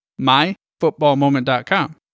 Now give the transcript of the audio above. myfootballmoment.com